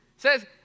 Says